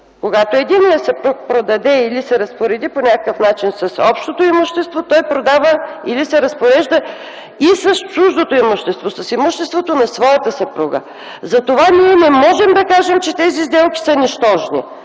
Когато единият съпруг продаде или се разпореди по някакъв начин с общото имущество, той продава или се разпорежда и с чуждото имущество, с имуществото на своята съпруга. Затова не можем да кажем, че тези сделки са нищожни,